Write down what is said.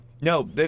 No